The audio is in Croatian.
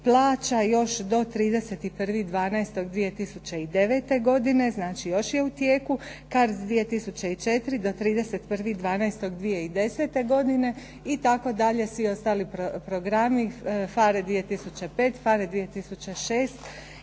plaća još do 31.12.2009. godine, znači još je u tijeku, CARDS 2004 do 31.12.2010. godine i tako dalje svi ostali programi, PHARE 2005, PHARE 2006,